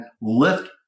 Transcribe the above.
lift